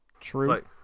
True